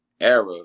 era